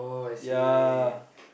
ya